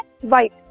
white